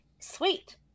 sweet